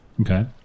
Okay